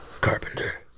Carpenter